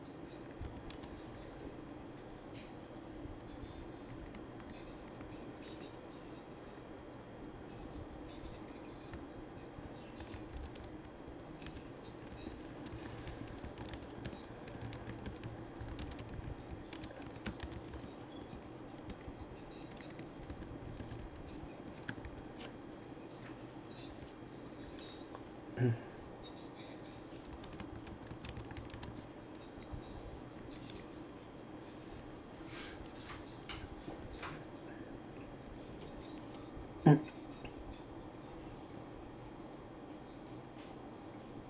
mm mm